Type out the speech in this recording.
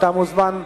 אתה מוזמן,